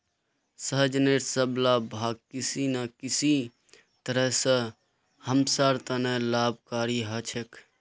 सहजनेर सब ला भाग किसी न किसी तरह स हमसार त न लाभकारी ह छेक